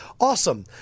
awesome